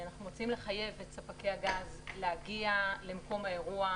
אנחנו רוצים לחייב את ספקי הגז להגיע למקום האירוע,